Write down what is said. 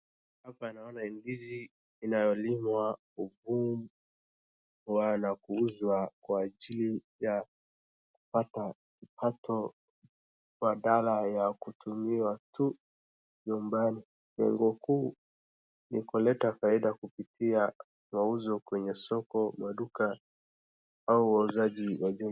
Hapa naona ndizi inayolimwa huku na kuuzwa kwa ajili ya kupata mapato badala ya kutumiwa tu nyumbani. Lengo kuu ni kuleta faida kupitia mauzo kwenye soko, maduka au wauzaji wengine.